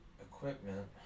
equipment